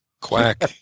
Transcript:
Quack